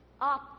up